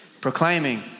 Proclaiming